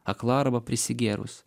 akla arba prisigėrus